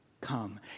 come